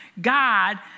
God